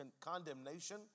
condemnation